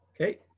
Okay